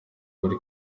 buri